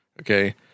Okay